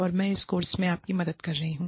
और मैं इस कोर्स में आपकी मदद कर रही हूं